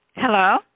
Hello